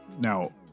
Now